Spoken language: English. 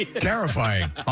Terrifying